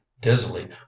dizzily